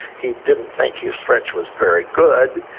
he didn't think his french was very good.